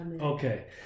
Okay